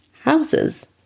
houses